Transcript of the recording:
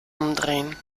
umdrehen